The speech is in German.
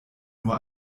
nur